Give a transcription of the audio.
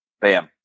Bam